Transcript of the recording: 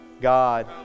God